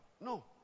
No